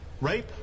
Rape